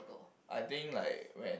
I think like when